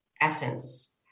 essence